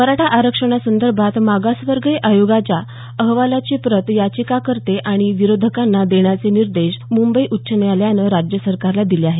मराठा आरक्षणासंदर्भात मागासवर्ग आयोगाच्या अहवालाची प्रत याचिकाकर्ते आणि विरोधकांना देण्याचे निर्देश मुंबई उच्च न्यायालयानं राज्यसरकारला दिले आहेत